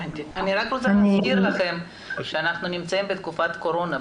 אני רק רוצה להגיד לכם שאנחנו נמצאים בתקופת קורונה,